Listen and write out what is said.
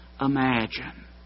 imagine